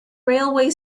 railway